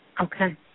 Okay